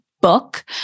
book